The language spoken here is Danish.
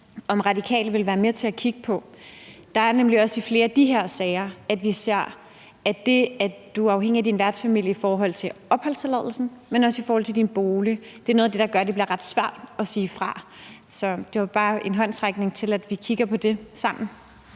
om Radikale vil være med til at kigge på. Vi ser nemlig i flere af de her sager, at det, at man er afhængig af sin værtsfamilie i forhold til opholdstilladelse, men også i forhold til sin bolig, er noget af det, der gør, at det bliver ret svært at sige fra. Så det var bare en håndsrækning til, at vi kigger på det sammen.